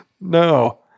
No